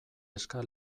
eska